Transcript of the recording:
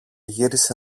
γύρισε